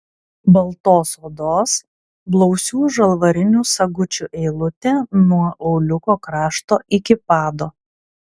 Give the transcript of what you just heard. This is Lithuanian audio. baltos odos blausių žalvarinių sagučių eilutė nuo auliuko krašto iki pado